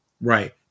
Right